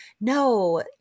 No